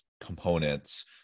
components